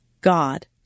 God